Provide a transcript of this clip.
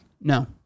No